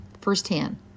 firsthand